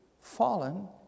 fallen